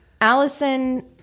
Allison